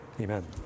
Amen